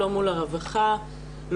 הרווחה,